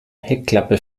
heckklappe